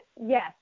yes